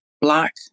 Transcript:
black